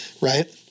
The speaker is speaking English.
right